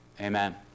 Amen